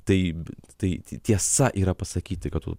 tai tai tiesa yra pasakyti kad tu